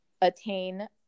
attain